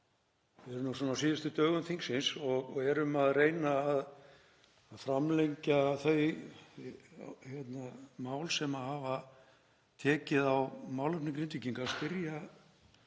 við erum á síðustu dögum þingsins og erum að reyna að framlengja þau mál sem hafa tekið á málefnum Grindvíkingar,